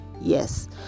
yes